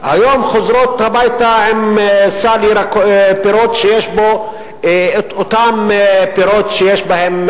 היום חוזרות הביתה עם סל פירות שיש בו את אותם פירות שיש בהם,